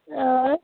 آ